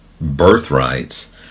birthrights